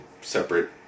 separate